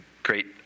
Great